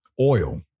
Oil